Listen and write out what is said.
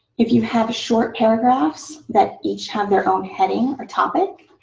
if you have short paragraphs that each have their own heading or topic,